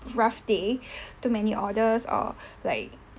rough day too many orders or like